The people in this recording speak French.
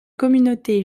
communauté